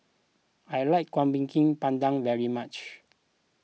I like Kuih Pandan very much